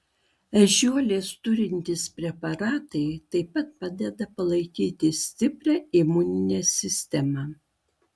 ežiuolės turintys preparatai taip pat padeda palaikyti stiprią imuninę sistemą